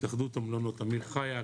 התאחדות המלונות אמיר חייק,